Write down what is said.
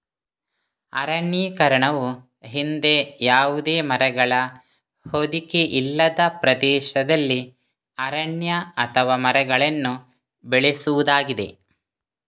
ಅರಣ್ಯೀಕರಣವು ಹಿಂದೆ ಯಾವುದೇ ಮರಗಳ ಹೊದಿಕೆ ಇಲ್ಲದ ಪ್ರದೇಶದಲ್ಲಿ ಅರಣ್ಯ ಅಥವಾ ಮರಗಳನ್ನು ಬೆಳೆಸುವುದಾಗಿದೆ